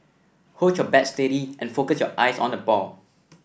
hold your bat steady and focus your eyes on the ball